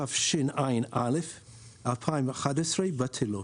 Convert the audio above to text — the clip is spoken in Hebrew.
התשע"א-2011 בטלות.